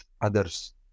others